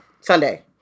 Sunday